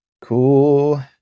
Cool